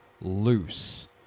loose